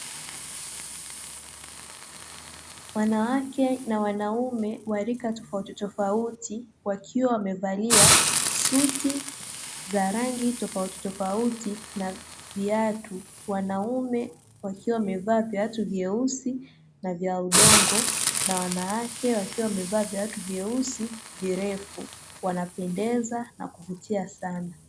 Wanawake na wanaume wa rika tofautitofauti, wakiwa wamevalia suti za rangi tofautitofauti na viatu. Wanaume wakiwa wamevaa viatu vyeusi na vya udongo na wanawake wakiwa wamevaa viatu vyeusi virefu, wanapendeza na kuvutia sana.